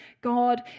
God